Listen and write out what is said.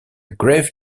grave